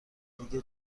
دیگه